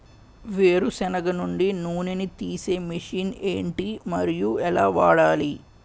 వేరు సెనగ నుండి నూనె నీ తీసే మెషిన్ ఏంటి? మరియు ఎలా వాడాలి?